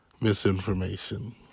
misinformation